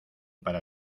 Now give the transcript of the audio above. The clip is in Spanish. para